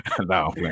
No